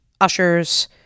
ushers